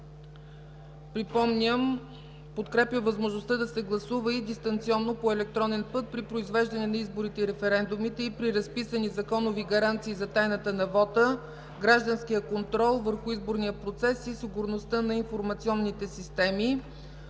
припомням – „Подкрепя възможността да се гласува и дистанционно по електронен път при произвеждане на изборите и референдумите и при разписани законови гаранции за тайната на вота, гражданският контрол върху изборния процес и сигурността на информационните системи”.